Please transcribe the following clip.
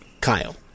Kyle